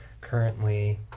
currently